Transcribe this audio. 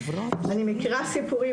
ואני מכירה סיפורים,